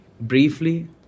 briefly